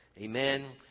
Amen